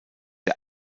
der